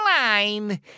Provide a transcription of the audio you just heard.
line